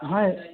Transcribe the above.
हाँ